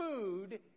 food